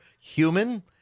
human